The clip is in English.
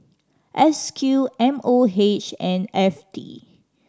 S Q M O H and F T